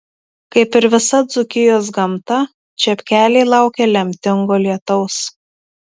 kaip ir visa dzūkijos gamta čepkeliai laukia lemtingo lietaus